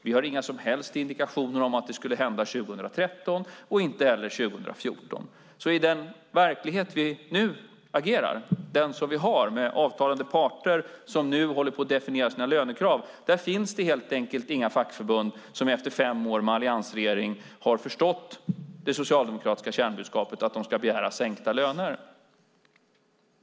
Vi har inga som helst indikationer på att det skulle hända 2013 och inte heller 2014. I den verklighet där vi nu agerar, den som vi har med avtalande parter som nu håller på att definiera sina lönekrav, finns det helt enkelt inga fackförbund som efter fem år med alliansregeringen har förstått det socialdemokratiska kärnbudskapet, att de ska begära sänkta löner.